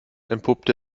entpuppt